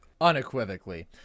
Unequivocally